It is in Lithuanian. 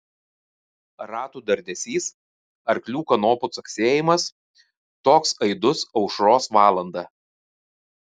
ratų dardesys arklių kanopų caksėjimas toks aidus aušros valandą